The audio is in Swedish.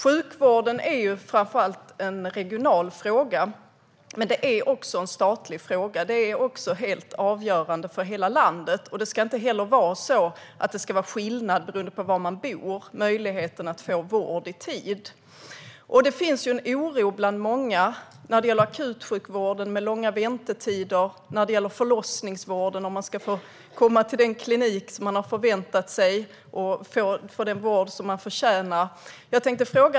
Sjukvården är framför allt en regional fråga men också en statlig fråga. Den är helt avgörande för hela landet. Det ska inte vara skillnad beroende på var man bor om man får vård i tid. Det finns en oro bland många vad gäller de långa väntetiderna i akutsjukvården. Det finns också en oro vad gäller förlossningsvården, om man ska få komma till den klinik man förväntar sig och få den vård man förtjänar.